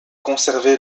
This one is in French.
conservé